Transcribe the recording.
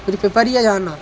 फिर पिपरिया जाना